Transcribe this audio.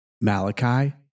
Malachi